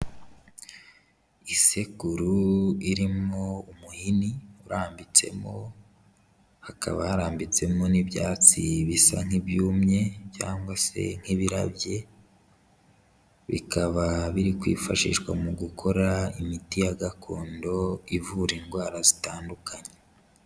Isekuru irimo umuhini urambitsemo, hakaba harambitsemo n'ibyatsi bisa nk'ibyumye cyangwa se nk'ibirabye, bikaba biri kwifashishwa mu gukora imiti ya gakondo ivura indwara zitandukanye.